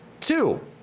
Two